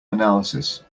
analysis